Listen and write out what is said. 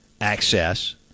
access